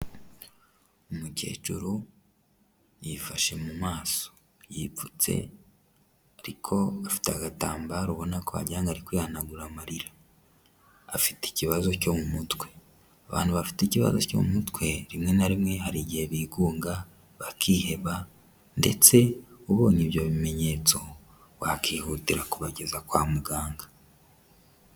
Umukecuru yifashe mu maso, yipfutse ariko afite agatambaro ubona ko wagira ngo ari kwihanagura amarira, Afite ikibazo cyo mu mutwe. Abantu bafite ikibazo cyo mu mutwe rimwe na rimwe hari igihe bigunga, bakiheba ndetse ubonye ibyo bimenyetso wakihutira kubageza kwa muganga.